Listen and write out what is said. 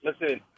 listen